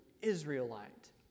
Israelite